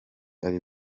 ari